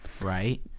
right